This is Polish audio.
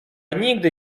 nigdy